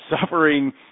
suffering